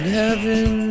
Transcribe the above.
heaven